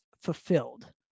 fulfilled